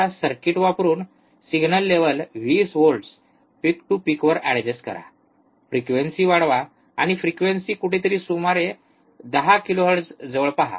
आता सर्किट वापरुन signal level 20 volts peak to पिकवर एड्जस्ट करा फ्रिक्वेन्सी वाढवा आणि फ्रिक्वेन्सी कुठेतरी सुमारे 10 किलोहर्ट्झ जवळ पहा